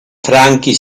franchi